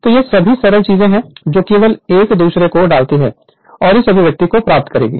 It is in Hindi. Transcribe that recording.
तो ये सभी सरल चीजें हैं जो केवल एक दूसरे को डालती हैं और इस अभिव्यक्ति को प्राप्त करेंगी